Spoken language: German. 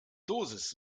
dosis